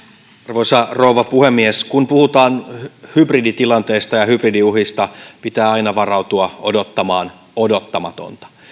arvoisa rouva puhemies kun puhutaan hybriditilanteista ja hybridiuhista pitää aina varautua odottamaan odottamatonta